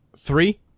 Three